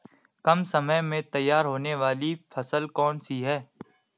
कम समय में तैयार होने वाली फसल कौन सी है?